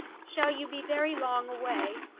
shall you be very long away?